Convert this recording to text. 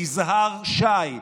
יזהר שי,